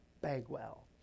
bagwell